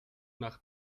nach